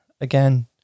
again